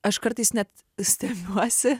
aš kartais net stebiuosi